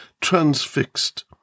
transfixed